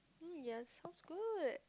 yes sounds good